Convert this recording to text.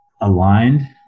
aligned